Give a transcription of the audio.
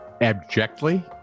Abjectly